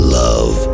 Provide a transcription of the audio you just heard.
love